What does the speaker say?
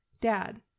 Dad